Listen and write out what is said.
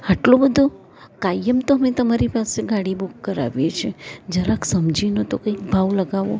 આટલો બધો કાયમ તો અમે તમારી પાસે ગાડી બુક કરાવું છું જરાક સમજીને તો કોઈ ભાવ લગાવો